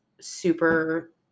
super